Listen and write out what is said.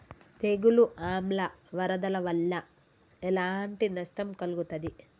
తెగులు ఆమ్ల వరదల వల్ల ఎలాంటి నష్టం కలుగుతది?